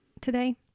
today